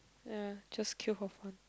ya just kill for fun